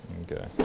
Okay